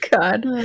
God